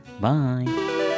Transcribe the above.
Bye